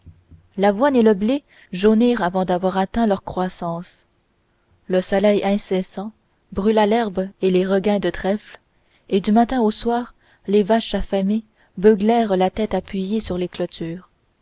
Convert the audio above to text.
l'avoine et le blé jaunirent avant d'avoir atteint leur croissance le soleil incessant brûla l'herbe et les regains de trèfle et du matin au soir les vaches affamées beuglèrent la tête appuyée sur les clôtures